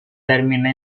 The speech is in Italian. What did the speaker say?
termina